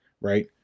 Right